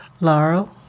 Laurel